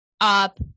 up